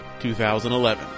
2011